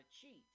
cheat